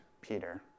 Peter